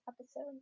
episode